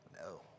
no